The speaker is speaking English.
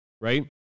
right